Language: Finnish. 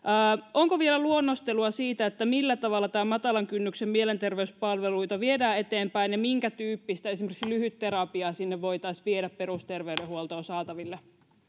onko vielä luonnostelua siitä millä tavalla matalan kynnyksen mielenterveyspalveluita viedään eteenpäin ja minkätyyppistä esimerkiksi lyhytterapiaa voitaisiin viedä perusterveydenhuoltoon saataville